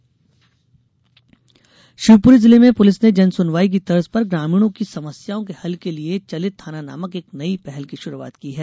चलित थाना शिवपुरी जिले में पुलिस ने जनसुनवाई की तर्ज में ग्रामीणों की समस्याओं के हल के लिये चलित थाना नामक एक नई पहल की शुरूआत की है